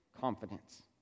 confidence